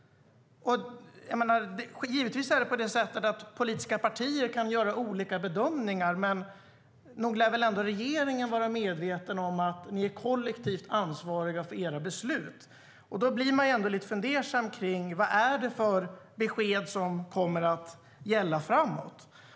Givetvis kan olika politiska partier göra olika bedömningar, men nog lär väl regeringen ändå vara medveten om att man är kollektivt ansvarig för sina beslut? Då blir jag lite fundersam kring vilka besked som kommer att gälla framåt.